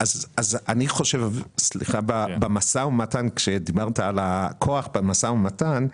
אני חושב שבמשא ומתן, עת דיברת על הכוח במשא ומתן,